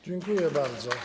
Dziękuję bardzo.